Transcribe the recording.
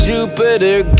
Jupiter